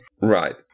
Right